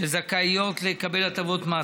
שזכאים לקבל הטבות מס.